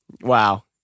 Wow